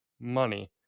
money